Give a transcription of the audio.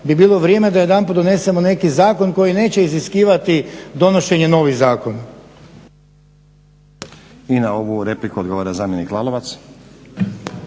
bi bilo vrijeme da jedanput donesemo neki zakon koji neće iziskivati donošenje novih zakona. **Stazić, Nenad (SDP)** I na ovu repliku odgovara zamjenik Lalovac.